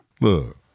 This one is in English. Look